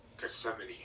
Gethsemane